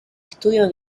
estudio